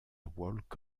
walk